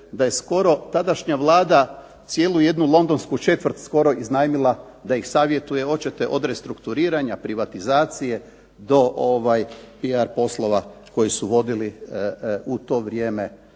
da je skoro tadašnja Vlada cijelu jednu londonsku četvrt skoro iznajmila da ih savjetuje, hoćete od restrukturiranja, privatizacije do PR poslova koji su vodili u to vrijeme